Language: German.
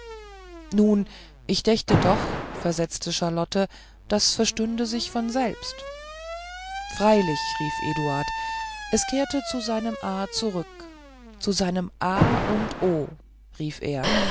nun ich dächte doch versetzte charlotte das verstünde sich von selbst freilich rief eduard es kehrte zu seinem a zurück zu seinem a und o rief er